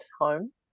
home